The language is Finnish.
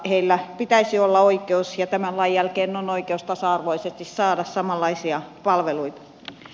heillä pitäisi olla oikeus ja tämän lain jälkeen on oikeus tasa arvoisesti saada samanlaisia palveluita